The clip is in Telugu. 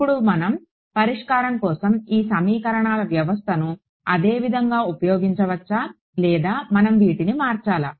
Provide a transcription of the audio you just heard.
ఇక్కడ మనం పరిష్కారం కోసం ఈ సమీకరణాల వ్యవస్థను అదే విధంగా ఉపయోగించవచ్చా లేదా మనం వీటిని మార్చాలా